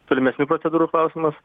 tolimesnių procedūrų klausimas